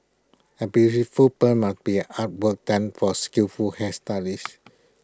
A beautiful perm must be an artwork done by A skillful hairstylist